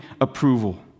approval